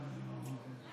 שנייה.